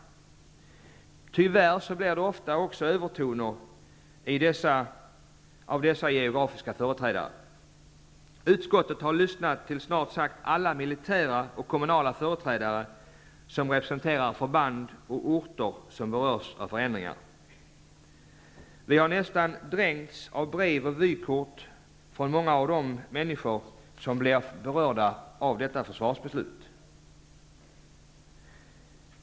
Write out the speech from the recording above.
Tyvärr blir det också ofta övertoner av dessa geografiska företrädare. Utskottet har lyssnat till snart sagt alla militära och kommunala företrädare som representerar förband och orter som berörs av förändringar. Vi har nästan dränkts av brev och vykort från många av de människor som blir berörda av detta försvarsbeslut.